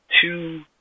two